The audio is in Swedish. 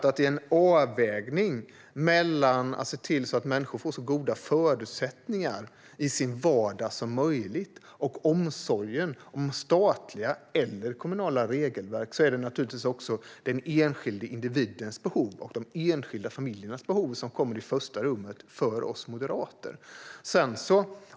I en avvägning mellan att se till att människor får så goda förutsättningar i sin vardag som möjligt och omsorgen om statliga eller kommunala regelverk är det naturligtvis den enskilde individens behov och de enskilda familjernas behov som kommer i första rummet för oss moderater.